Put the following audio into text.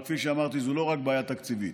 טוב, אני רק אומר לחבר הכנסת טיבי: